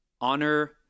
honor